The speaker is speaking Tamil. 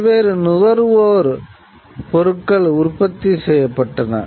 பல்வேறு நுகர்வோர் பொருட்கள் உற்பத்தி செய்யப்பட்டன